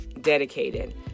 dedicated